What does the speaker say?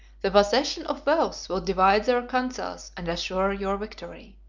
the possession of wealth will divide their councils and assure your victory.